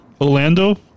Orlando